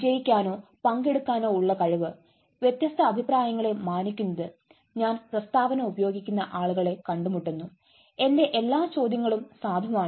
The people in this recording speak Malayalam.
വിജയിക്കാനോ പങ്കെടുക്കാനോ ഉള്ള കഴിവ് വ്യത്യസ്ത അഭിപ്രായങ്ങളെ മാനിക്കുന്നത് ഞാൻ പ്രസ്താവന ഉപയോഗിക്കുന്ന ആളുകളെ കണ്ടുമുട്ടുന്നു എന്റെ എല്ലാ ചോദ്യങ്ങളും സാധുവാണ്